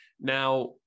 Now